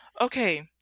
Okay